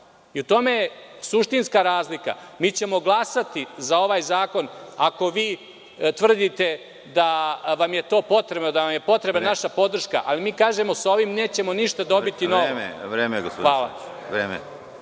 U tome je suštinska razlika. Mi ćemo glasati za ovaj zakon ako vi tvrdite da vam je to potrebno, da vam je potrebna naša podrška, ali mi kažemo da sa ovim ništa novo nećemo dobiti.